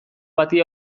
bati